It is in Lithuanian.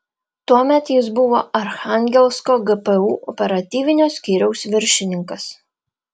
tuomet jis buvo archangelsko gpu operatyvinio skyriaus viršininkas